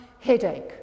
headache